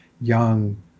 young